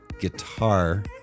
guitar